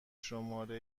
شماره